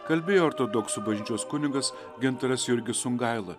kalbėjo ortodoksų bažnyčios kunigas gintaras jurgis sungaila